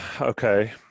Okay